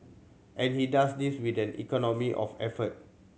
and he does this with an economy of effort